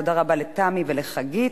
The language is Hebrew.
תודה רבה לתמי ולחופית.